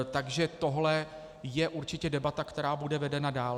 Takže tohle je určitě debata, která bude vedena dál.